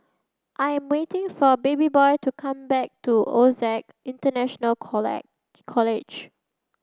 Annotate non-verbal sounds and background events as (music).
I am waiting for Babyboy to come back to OSAC International (unintelligible) College